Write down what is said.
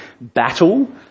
battle